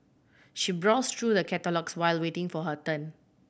she browsed through the catalogues while waiting for her turn